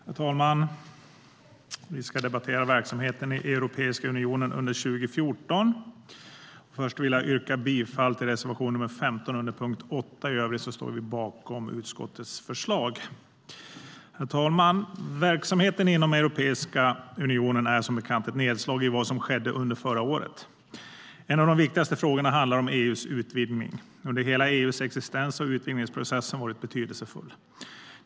Herr talman! Vi ska debattera verksamheten i Europeiska unionen under 2014. Först vill jag yrka bifall till reservation 15 under punkt 8. I övrigt står vi bakom utskottets förslag. Herr talman! Verksamheten inom Europeiska unionen 2014 är som bekant ett nedslag i vad som skedde under förra året. En av de viktigaste frågorna handlar om EU:s utvidgning. Under hela EU:s existens har utvidgningsprocessen varit betydelsefull.